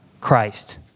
Christ